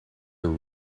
are